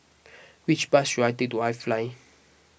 which bus should I take to iFly